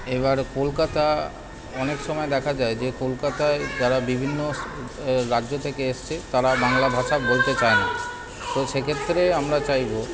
এবার কলকাতায় অনেক সময় দেখা যায় যে কলকাতায় যারা বিভিন্ন রাজ্য থেকে এসেছে তারা বাংলা ভাষা বলতে চায় না তো সেক্ষেত্রে আমরা চাইব